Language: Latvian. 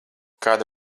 kāda